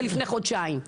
ולפני חודשיים.